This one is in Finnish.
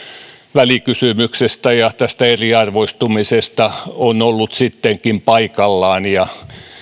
välikysymyksestä ja tästä eriarvoistumisesta on ollut sittenkin paikallaan